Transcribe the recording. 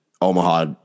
Omaha